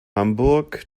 hamburg